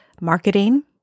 marketing